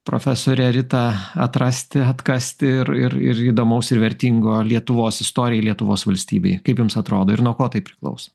profesore rita atrasti atkasti ir ir ir įdomaus ir vertingo lietuvos istorijai lietuvos valstybei kaip jums atrodo ir nuo ko tai priklauso